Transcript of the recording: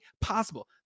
possible